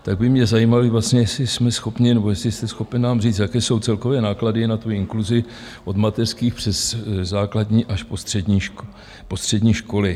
Tak by mě zajímalo vlastně, jestli jsme schopni nebo jestli jste schopen nám říct, jaké jsou celkové náklady na inkluzi od mateřských přes základní až po střední školy.